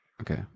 Okay